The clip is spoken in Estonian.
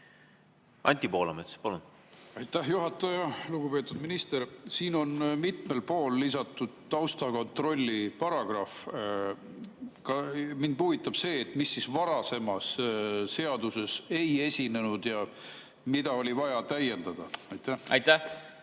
Anti Poolamets, palun! Aitäh, juhataja! Lugupeetud minister! Siia on mitmel pool lisatud taustakontrolli paragrahv. Mind huvitab see, mis siis varasemas seaduses ei esinenud ja mida oli vaja täiendada. Aitäh,